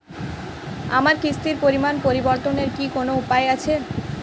আমার কিস্তির পরিমাণ পরিবর্তনের কি কোনো উপায় আছে?